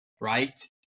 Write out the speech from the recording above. right